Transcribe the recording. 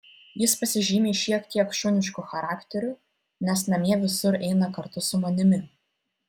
jis pasižymi šiek tiek šunišku charakteriu nes namie visur eina kartu su manimi